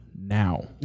now